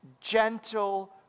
gentle